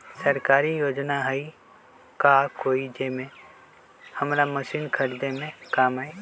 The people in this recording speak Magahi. सरकारी योजना हई का कोइ जे से हमरा मशीन खरीदे में काम आई?